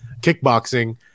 kickboxing